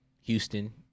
Houston